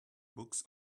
books